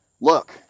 look